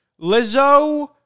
Lizzo